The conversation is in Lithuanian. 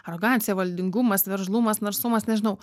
arogancija valdingumas veržlumas narsumas nežinau